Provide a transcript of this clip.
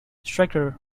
striker